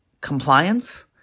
compliance